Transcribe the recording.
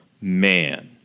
man